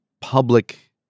public